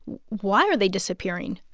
why are they disappearing?